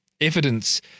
evidence